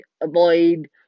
avoid